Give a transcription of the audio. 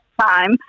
time